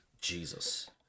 Jesus